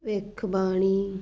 ਭਵਿੱਖਬਾਣੀ